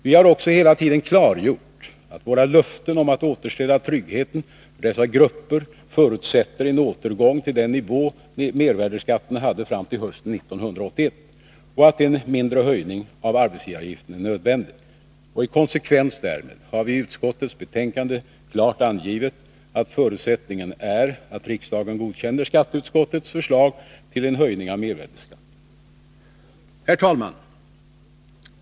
Vi har också hela tiden klargjort att våra löften om att återställa tryggheten för dessa grupper förutsätter en återgång till den nivå mervärdeskatten hade fram till hösten 1981 och att en mindre höjning av arbetsgivaravgiften är nödvändig. I konsekvens därmed har vi i utskottets betänkande klart angivit att förutsättningen är att riksdagen godkänner skatteutskottets förslag till en höjning av mervärdeskatten. Herr talman!